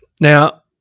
Now